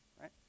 right